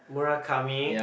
Murakami